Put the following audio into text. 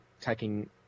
taking